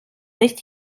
nicht